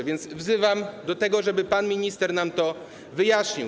A więc wzywam do tego, żeby pan minister nam to wyjaśnił.